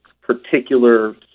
particular